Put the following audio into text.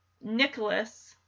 Nicholas